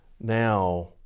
now